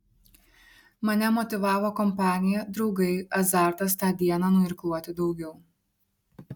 mane motyvavo kompanija draugai azartas tą dieną nuirkluoti daugiau